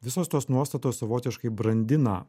visos tos nuostatos savotiškai brandina